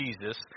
Jesus